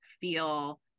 feel